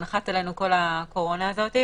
זה נחת עלינו, הקורונה הזאת.